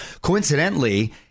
Coincidentally